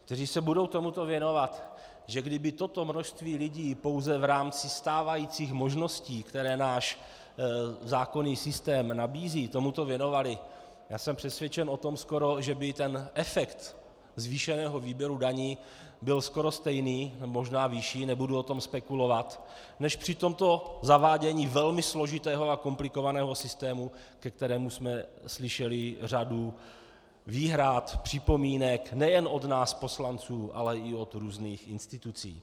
... kteří se budou tomuto věnovat, že kdyby toto množství lidí pouze v rámci stávajících možností, které náš zákonný systém nabízí, se tomuto věnovalo, já jsem přesvědčen o tom skoro, že by ten efekt zvýšeného výběru daní byl skoro stejný, možná vyšší, nebudu o tom spekulovat, než při tomto zavádění velmi složitého a komplikovaného systému, ke kterému jsme slyšeli řadu výhrad, připomínek nejen od nás poslanců, ale i od různých institucí.